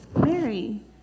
Mary